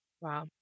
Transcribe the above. Wow